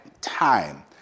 time